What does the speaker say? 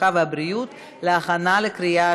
הרווחה והבריאות נתקבלה.